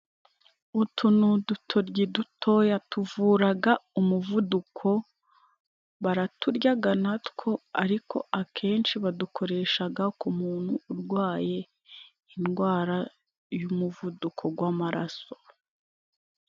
Utu ni udutoryi dutoya tuvuraga umuvuduko, baraturyaga na two ariko akenshi badukoreshaga k'umuntu urwaye indwara y'umuvuduko gw'amaraso.